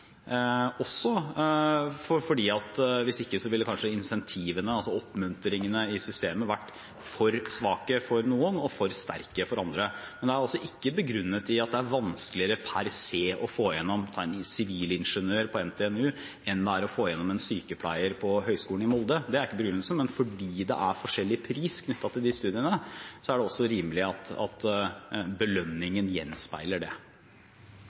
også fordi at hvis ikke ville kanskje incentivene, altså oppmuntringene, i systemet vært for svake for noen og for sterke for andre. Men det er altså ikke begrunnet i at det er vanskeligere per se å få igjennom en sivilingeniør på NTNU enn det er å få igjennom en sykepleier på Høgskolen i Molde. Det er ikke begrunnelsen. Men fordi det er forskjellig pris knyttet til studiene, er det også rimelig at belønningen gjenspeiler det.